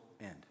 end